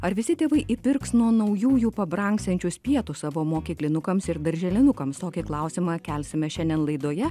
ar visi tėvai įpirks nuo naujųjų pabrangsiančius pietus savo mokyklinukams ir darželinukams tokį klausimą kelsime šiandien laidoje